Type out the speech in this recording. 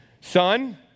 Son